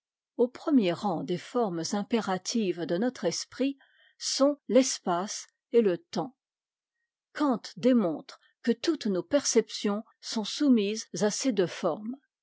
au premier rang des formes impératives de notre esprit sont l'espace et le temps kant démontre que toutes nos perceptions sont soumises à ces deux formes